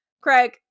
Craig